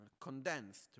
condensed